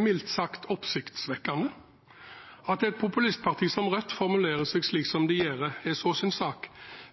mildt sagt oppsiktsvekkende. At et populistparti som Rødt formulerer seg slik de gjør, er så sin sak,